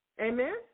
Amen